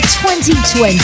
2020